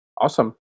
Awesome